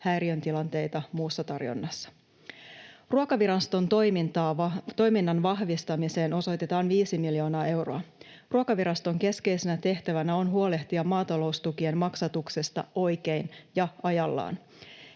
häiriötilanteita muussa tarjonnassa. Ruokaviraston toiminnan vahvistamiseen osoitetaan 5 miljoonaa euroa. Ruokaviraston keskeisenä tehtävänä on huolehtia maataloustukien maksatuksesta oikein ja ajallaan.